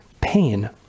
pain